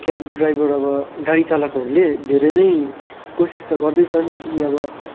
cab driver अब गाडी चालकहरूले धेरै नै कोसिस त गर्दैछन् कि अब